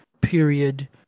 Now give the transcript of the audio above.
period